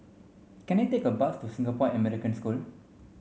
can I take a bus to Singapore American School